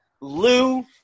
Lou